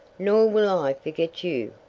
nor will i forget you,